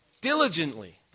diligently